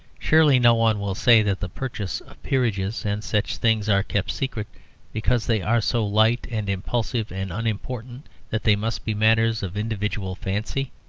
surely no one will say that the purchase of peerages and such things are kept secret because they are so light and impulsive and unimportant that they must be matters of individual fancy.